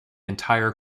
entire